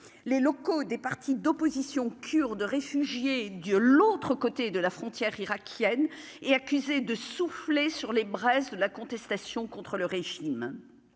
les locaux des partis d'opposition Kurdes réfugiés de l'autre côté de la frontière irakienne est accusé de souffler sur les braises de la contestation contre le régime,